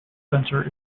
center